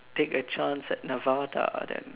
take a chance at nirvana then